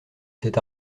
cet